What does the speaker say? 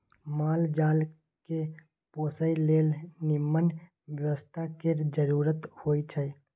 माल जाल केँ पोसय लेल निम्मन बेवस्था केर जरुरत होई छै